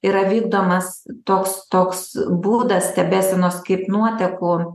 yra vykdomas toks toks būdas stebėsenos kaip nuotekų